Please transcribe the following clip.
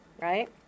Right